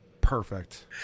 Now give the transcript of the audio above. Perfect